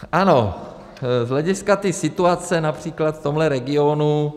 Ano, z hlediska situace například v tomhle regionu...